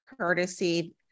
courtesy